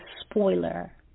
spoiler